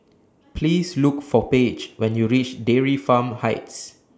Please Look For Page when YOU REACH Dairy Farm Heights